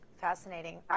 Fascinating